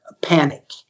panic